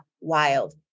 wild